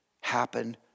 happen